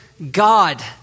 God